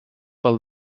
pel